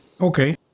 Okay